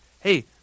hey